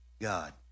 God